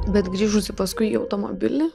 bet grįžusi paskui į automobilį